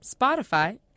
Spotify